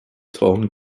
torn